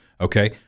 Okay